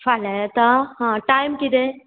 फाल्यां येता हां टायम कितें